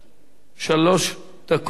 שלוש דקות לרשותך.